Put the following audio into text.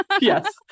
yes